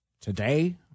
today